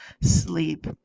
sleep